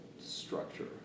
structure